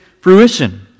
fruition